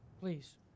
please